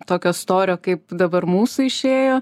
tokio storio kaip dabar mūsų išėjo